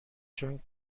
چون